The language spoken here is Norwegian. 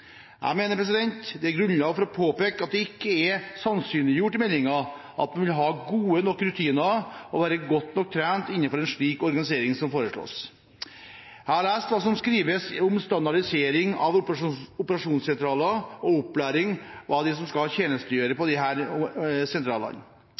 Jeg mener det er grunnlag for å påpeke at det ikke er sannsynliggjort i meldingen at en vil ha gode nok rutiner og være godt nok trent innenfor en slik organisering som foreslås. Jeg har lest hva som skrives om standardisering av operasjonssentraler og opplæring av dem som skal tjenestegjøre på